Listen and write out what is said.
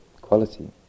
quality